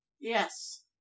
Yes